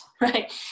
right